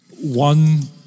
one